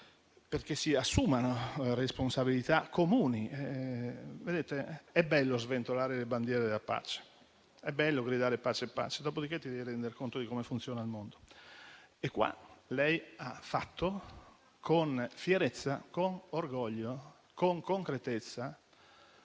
perché si assumano responsabilità comuni. È bello sventolare le bandiere della pace e gridare pace; dopodiché, bisogna rendersi conto di come funziona il mondo. A tale proposito lei, con fierezza, con orgoglio, con concretezza,